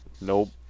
Nope